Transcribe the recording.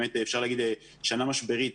אפשר להגיד שנה משברית,